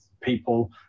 people